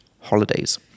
holidays